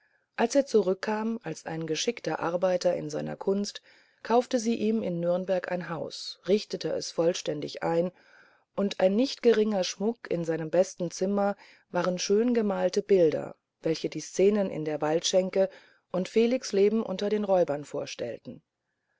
als er zurückkam als ein geschickter arbeiter in seiner kunst kaufte sie ihm in nürnberg ein haus richtete es vollständig ein und ein nicht geringer schmuck in seinem besten zimmer waren schön gemalte bilder welche die szenen in der waldschenke und felix leben unter den räubern vorstellten